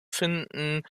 finden